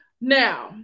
now